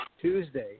Tuesday